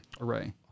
array